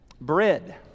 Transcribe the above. Bread